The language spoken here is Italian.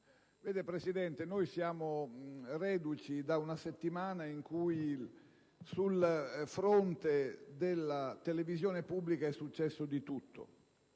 Presidente, noi siamo reduci da una settimana in cui sul fronte della televisione pubblica è successo di tutto: